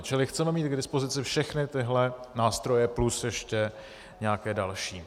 Čili chceme mít k dispozici všechny tyhle nástroje, plus ještě nějaké další.